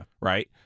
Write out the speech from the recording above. right